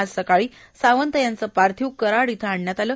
आज सकाळी सावंत यांचं पार्थिव कराड इथं आणण्यात आले